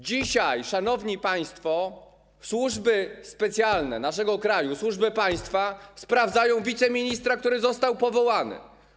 Dzisiaj, szanowni państwo, służby specjalne naszego kraju, służby państwa sprawdzają wiceministra, który został powołany.